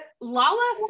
Lala